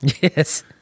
yes